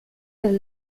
del